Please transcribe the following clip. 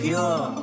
Pure